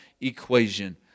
equation